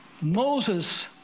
Moses